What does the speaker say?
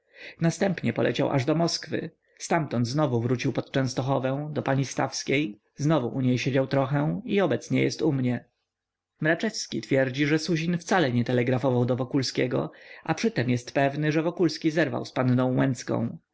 następnie poleciał aż do moskwy ztamtąd znowu wrócił pod częstochowę do pani stawskiej znowu u niej siedział trochę i obecnie jest u mnie mraczewski twierdzi że suzin wcale nie telegrafował do wokulskiego a przy tem jest pewny że wokulski zerwał z panną łęcką